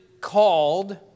called